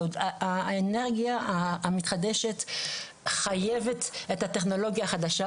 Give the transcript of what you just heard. האנרגיה המתחדשת חייבת את הטכנולוגיה החדשה,